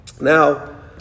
Now